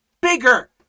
bigger